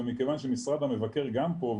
ומכיוון שמשרד המבקר גם פה,